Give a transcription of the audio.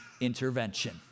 intervention